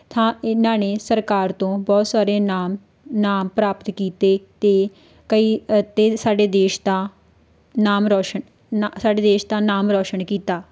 ਹਾਂ ਇਹਨਾਂ ਨੇ ਸਰਕਾਰ ਤੋਂ ਬਹੁਤ ਸਾਰੇ ਨਾਮ ਇਨਾਮ ਪ੍ਰਾਪਤ ਕੀਤੇ ਅਤੇ ਕਈ ਅਤੇ ਸਾਡੇ ਦੇਸ਼ ਦਾ ਨਾਮ ਰੌਸ਼ਨ ਸਾਡੇ ਦੇਸ਼ ਦਾ ਨਾਮ ਰੌਸ਼ਨ ਕੀਤਾ